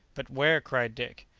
but where? cried dick.